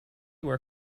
where